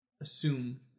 assume